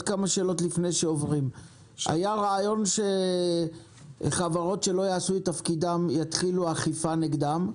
היה רעיון שחברות שלא יעשו את תפקידם תהיה אכיפה נגדן.